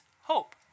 hope